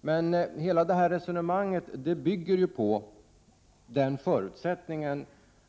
Men hela resonemanget bygger ju på den förutsättningen